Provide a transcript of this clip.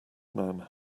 man